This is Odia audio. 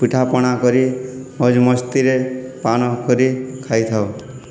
ପିଠା ପଣା କରି ମଜମସ୍ତିରେ ପାଳନକରି ଖାଇଥାଉ